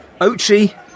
Ochi